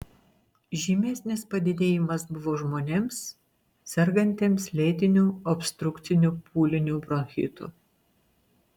žymesnis padidėjimas buvo žmonėms sergantiems lėtiniu obstrukciniu pūliniu bronchitu